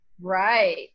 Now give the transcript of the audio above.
Right